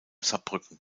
saarbrücken